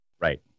right